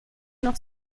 noch